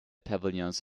pavilions